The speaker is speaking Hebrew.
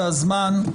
זה הזמן.